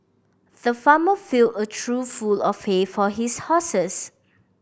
the farmer filled a trough full of hay for his horses